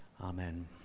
Amen